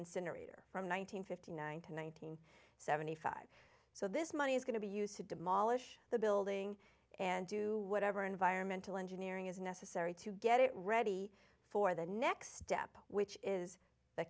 incinerator from one nine hundred fifty nine to one nine hundred seventy five so this money is going to be used to demolish the building and do whatever environmental engineering is necessary to get it ready for the next step which is the